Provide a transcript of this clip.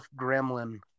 gremlin